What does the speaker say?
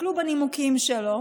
תסתכלו בנימוקים שלו,